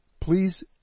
Please